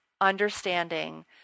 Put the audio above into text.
understanding